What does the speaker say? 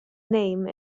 name